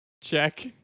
Check